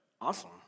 Awesome